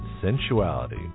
sensuality